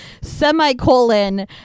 semicolon